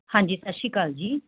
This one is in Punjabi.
ਹਾਂਜੀ ਸਤਿ ਸ਼੍ਰੀ ਅਕਾਲ ਜੀ